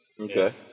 Okay